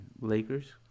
Lakers